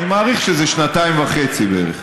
אני מעריך שזה שנתיים וחצי בערך.